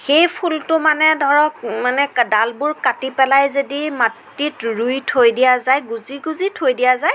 সেই ফুলটো মানে ধৰক মানে ডালবোৰ কাটি পেলাই যদি মাটিত ৰুই থৈ দিয়া যায় গুজি গুজি থৈ দিয়া যায়